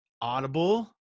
audible